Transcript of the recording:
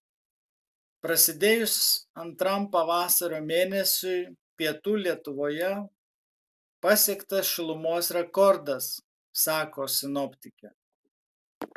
prasidėjus antram pavasario mėnesiui pietų lietuvoje pasiektas šilumos rekordas sako sinoptikė